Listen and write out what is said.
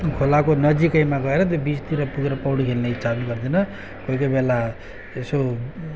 खोलाको नजिकैमा गएर त्यो बिचतिर पुगेर पौडी खेल्ने इच्छा पनि गर्दिनँ कोही कोही बेला यसो